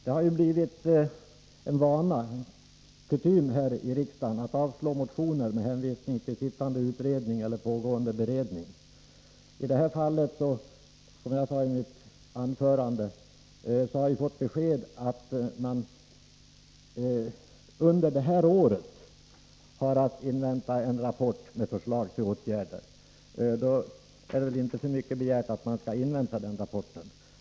Det är här i riksdagen kutym att avslå motioner med hänvisning till sittande utredningar eller pågående beredning. I detta fall har vi, som jag sade i mitt anförande, fått beskedet att vi under detta år har att vänta en rapport med förslag till åtgärder. Då är det inte mycket begärt att man inväntar den rapporten.